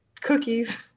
cookies